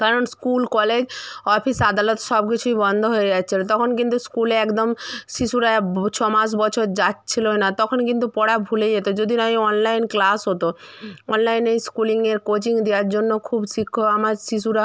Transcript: কারণ school college office আদালত সব কিছুই বন্ধ হয়ে যাচ্ছিলো তখন কিন্তু স্কুলে একদম শিশুরা ছ মাস বছর যাচ্ছিলোই না তখন কিন্তু পড়া ভুলে যেতো যদি না এই অনলাইন ক্লাস হতো অনলাইনে স্কুলিংয়ের কোচিং দেওয়ার জন্য খুব শিক্ষ আমার শিশুরা